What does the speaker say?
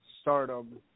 stardom